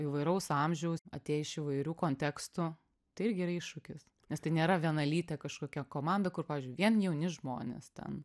įvairaus amžiaus atėję iš įvairių kontekstų tai irgi yra iššūkis nes tai nėra vienalytė kažkokia komanda kur vien jauni žmonės ten